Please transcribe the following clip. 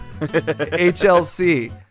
HLC